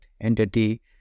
entity